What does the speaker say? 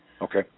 Okay